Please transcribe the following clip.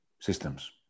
systems